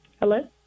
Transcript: Hello